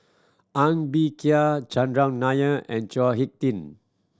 Ng Bee Kia Chandran Nair and Chao Hick Tin